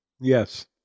Yes